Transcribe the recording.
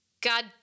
God